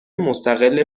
مستقل